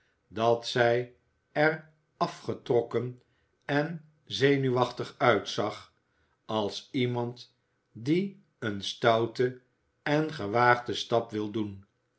dat zij er afgetrokken en zenuwachtig uitzag als iemand die een stouten en gewaagden stap wil doen